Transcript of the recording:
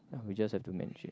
ya we just have to manage it